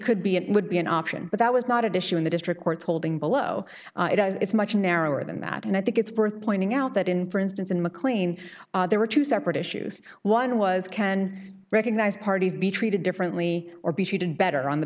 could be it would be an option but that was not addition in the district court's holding below it is much narrower than that and i think it's worth pointing out that in for instance in mclean there were two separate issues one was can recognize parties be treated differently or be treated better on the